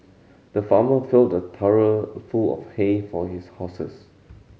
the farmer filled a full of hay for his horses